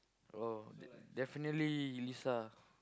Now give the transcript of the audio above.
oh definitely Lisa